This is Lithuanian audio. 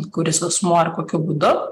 kuris asmuo ar kokiu būdu